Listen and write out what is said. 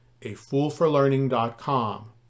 afoolforlearning.com